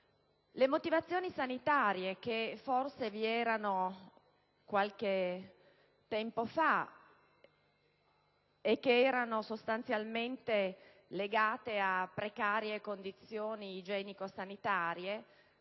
Le motivazioni sanitarie che forse vi erano qualche tempo fa e che erano sostanzialmente legate a precarie condizioni igienico-sanitarie